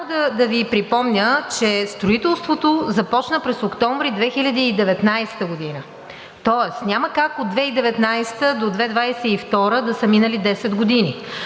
Само да Ви припомня, че строителството започна през октомври 2019 г., тоест няма как от 2019-а до 2022-а да са минали 10 години.